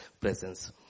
presence